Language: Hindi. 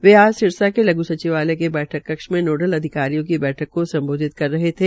वे आज सिरसा के लघ् सचिवालय के बैठक कक्ष में नोडल अधिकारियों की बैठक को संबोधित कर रहे थे